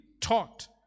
taught